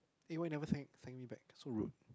eh why you never thank thank me back so rude